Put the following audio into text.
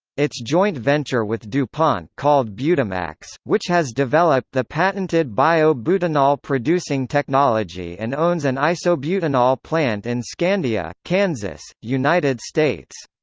its joint venture with dupont called butamax, which has developed the patented bio-butanol-producing technology and owns an isobutanol plant in scandia, kansas, united states.